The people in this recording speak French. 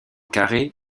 carré